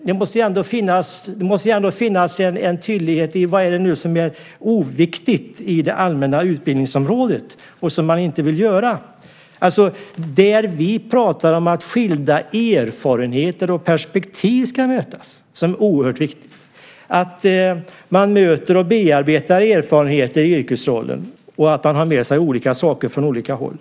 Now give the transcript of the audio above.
Det måste ändå finnas en tydlighet i fråga om vad som är oviktigt inom det allmänna utbildningsområdet. Vi talar om att det är oerhört viktigt att skilda erfarenheter och perspektiv möts, att man möter och bearbetar erfarenheter i yrkesrollen och att man har med sig olika saker från olika håll.